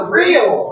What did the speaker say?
real